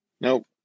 Nope